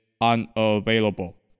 unavailable